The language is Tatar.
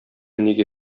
нигә